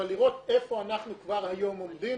אבל לראות איפה אנחנו כבר היום עומדים